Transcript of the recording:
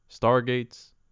Stargates